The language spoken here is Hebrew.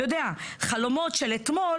אתה יודע חלומות של אתמול